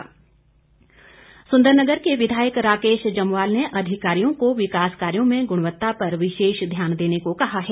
राकेश जमवाल सुंदरनगर के विधायक राकेश जमवाल ने अधिकारियों को विकास कार्यों में गुणवत्ता पर विशेष ध्यान देने को कहा है